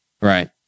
right